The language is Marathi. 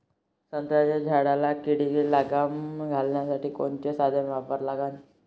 संत्र्याच्या झाडावर किडीले लगाम घालासाठी कोनचे साधनं वापरा लागन?